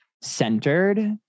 centered